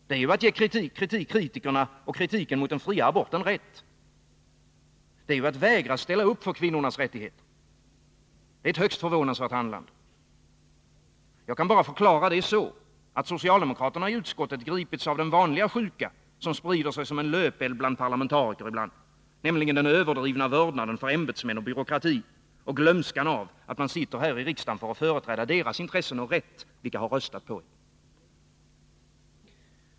Det är ju att ge kritikerna mot den fria aborten rätt. Det är ju att vägra att ställa upp för kvinnornas rättigheter. Det är ett högst förvånansvärt handlande. Jag kan bara förklara det så, att socialdemokraterna i utskottet gripits av den vanliga sjuka som sprider sig som en löpeld bland parlamentariker ibland — nämligen den överdrivna vördnaden för ämbetsmän och byråkrati och glömskan av att man sitter här i riksdagen för att företräda deras intressen och rätt vilka röstat på en.